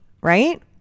right